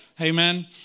Amen